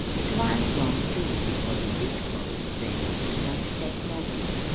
it wa'n't long, too, before the big folks there begun to take notice,